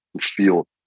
feel